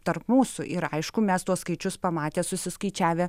tarp mūsų ir aišku mes tuos skaičius pamatę susiskaičiavę